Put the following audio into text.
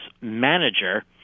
manager